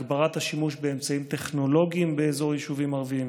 הגברת השימוש אמצעים טכנולוגיים באזור יישובים ערביים,